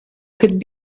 could